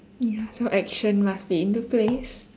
ya so action must be in the place